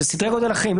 אלה סדרי גודל אחרים.